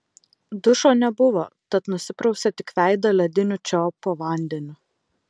dušo nebuvo tad nusiprausė tik veidą lediniu čiaupo vandeniu